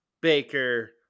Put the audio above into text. Baker